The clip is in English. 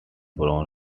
brown